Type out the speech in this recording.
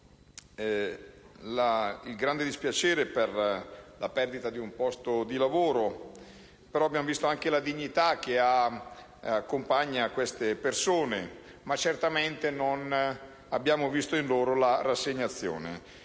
abbiamo visto il grande dispiacere per la perdita di un posto di lavoro, però abbiamo visto anche la dignità che accompagna queste persone; certamente non abbiamo visto in loro la rassegnazione.